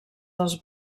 dels